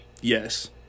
yes